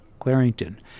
Clarington